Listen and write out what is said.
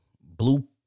blue